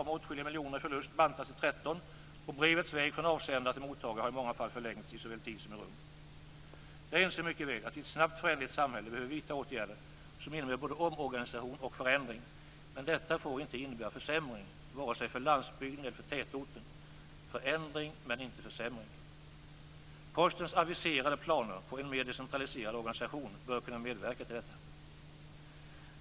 Jag inser mycket väl att vi i ett snabbt föränderligt samhälle behöver vidta åtgärder som innebär både omorganisation och förändring, men detta får inte innebära försämring, vare sig för landsbygden eller för tätorten. Förändring men inte försämring. Postens aviserade planer på en mer decentraliserad organisation bör kunna medverka till detta.